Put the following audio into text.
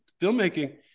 filmmaking